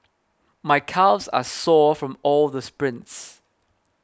my calves are sore from all the sprints